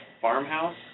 farmhouse